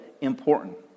important